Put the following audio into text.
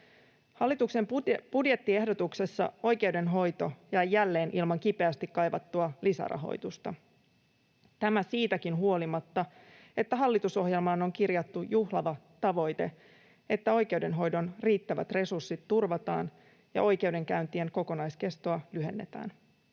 Hallituksen budjettiehdotuksessa oikeudenhoito jäi jälleen ilman kipeästi kaivattua lisärahoitusta. Tämä siitäkin huolimatta, että hallitusohjelmaan on kirjattu juhlava tavoite, että oikeudenhoidon riittävät resurssit turvataan ja oikeudenkäyntien kokonaiskestoa lyhennetään.